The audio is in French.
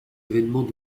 événements